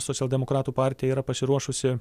socialdemokratų partija yra pasiruošusi